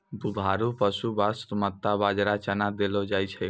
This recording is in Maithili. दुधारू पशु वास्तॅ मक्का, बाजरा, चना देलो जाय छै